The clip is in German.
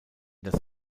das